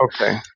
Okay